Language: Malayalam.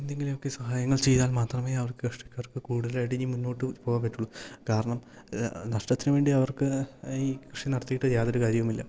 എന്തെങ്കിലുമൊക്കെ സഹായങ്ങൾ ചെയ്താൽ മാത്രമേ അവർക്ക് കർഷകർക്ക് കൂടുതലായിട്ട് ഇനി മുന്നോട്ട് പോവാൻ പറ്റുള്ളു കാരണം നഷ്ടത്തിന് വേണ്ടി അവർക്ക് ഈ കൃഷി നടത്തിയിട്ട് യാതൊരു കാര്യവുമില്ല